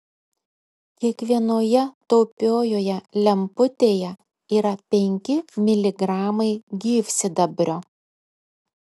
kiekvienoje taupiojoje lemputėje yra penki miligramai gyvsidabrio